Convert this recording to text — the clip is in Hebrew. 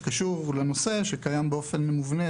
שקשור לנושא וקיים באופן מובנה,